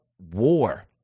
war